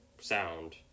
sound